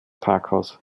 parkhaus